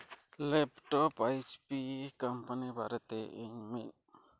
laptop H P company ᱵᱟᱨᱮᱛᱮ ᱤᱧ ᱢᱤᱫ